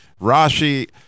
Rashi